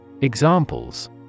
Examples